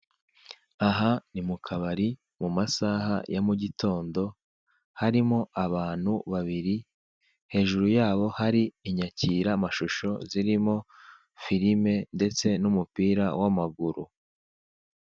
Aha ni mu kabari mu masaha ya mu gitondo, harimo abantu babiri hejuru yabo hari inyakiramashusho zirimo filime ndetse n'umupira w'amaguru.